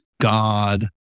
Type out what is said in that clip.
God